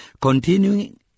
Continuing